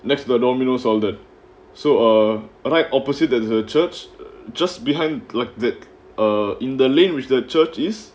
next the Dominos all that so right opposite the church just behind like that err in the lane with the churches